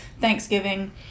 Thanksgiving